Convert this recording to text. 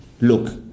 look